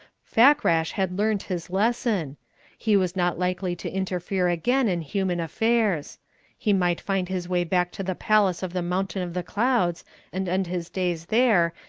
fakrash had learnt his lesson he was not likely to interfere again in human affairs he might find his way back to the palace of the mountain of the clouds and end his days there,